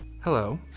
Hello